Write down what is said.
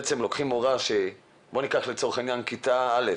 למשל, אם צריך לפצל את כיתה א'